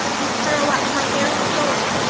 you harrow up my very soul.